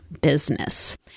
business